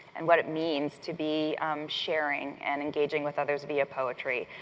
and what it means to be sharing, and engaging with others via poetry.